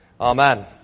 amen